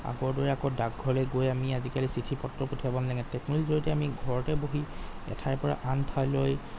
আগৰ দৰে আকৌ ডাকঘৰলৈ গৈ আমি আজিকালি চিঠি পত্ৰ পঠিয়াব নেলাগে টেকনলজিৰ জৰিয়তে আমি ঘৰতে বহি এঠাইৰপৰা আন ঠাইলৈ